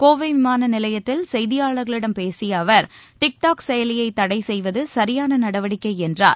கோவை விமான நிலையத்தில் செய்தியாளர்களிடம் பேசிய அவர் டிக்டாக் செயலியை தடை செய்வது சரியான நடவடிக்கை என்றார்